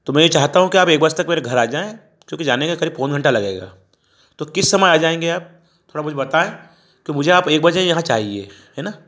तो मैं ये चाहता हूँ कि आप एक बजे तक मेरे घर आ जाएँ चूँकि जाने का करीब पौन घंटा लगेगा तो किस समय आ जाएँगे आप थोड़ा मुझे बताएँ कि मुझे आप एक बजे यहाँ चाहिए है ना